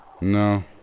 No